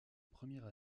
première